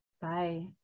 Bye